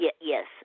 Yes